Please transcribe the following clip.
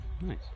nice